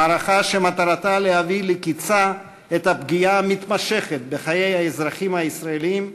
מערכה שמטרתה להביא לקצה את הפגיעה מתמשכת בחיי האזרחים הישראלים,